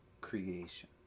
creation